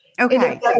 Okay